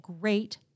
great